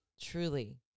truly